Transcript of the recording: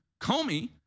Comey